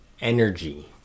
energy